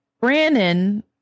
Brandon